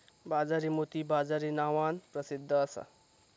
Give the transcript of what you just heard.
बाजरी मोती बाजरी नावान प्रसिध्द असा